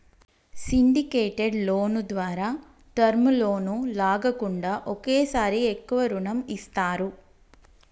syndicated loan ద్వారా term loan లాగా కాకుండా ఒకేసారి ఎక్కువ రుణం ఇస్తారు